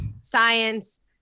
science